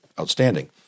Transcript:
outstanding